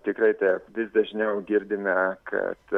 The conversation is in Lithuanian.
tikrai taip vis dažniau girdime kad